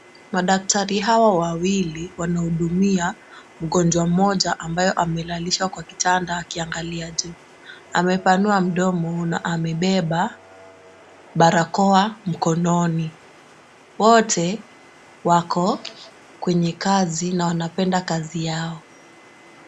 Madaktari hawa wawili wanahudumia mgonjwa mmoja ambayo amelalishwa kwa kitanda akiangalia juu. Amepanua mdomo na amebeba barakoa mkononi. Wote wako kwenye kazi na wanapenda kazi yao.